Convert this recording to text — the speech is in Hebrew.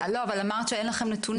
אבל אמרת שאין לכם נתונים.